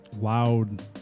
loud